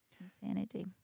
insanity